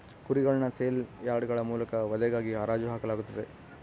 ಕುರಿಗಳನ್ನು ಸೇಲ್ ಯಾರ್ಡ್ಗಳ ಮೂಲಕ ವಧೆಗಾಗಿ ಹರಾಜು ಹಾಕಲಾಗುತ್ತದೆ